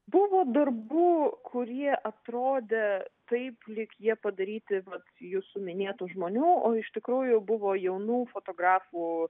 buvo darbų kurie atrodė taip lyg jie padaryti vat jūsų minėtų žmonių o iš tikrųjų buvo jaunų fotografų